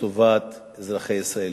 לטובת אזרחי ישראל,